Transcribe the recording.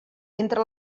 entre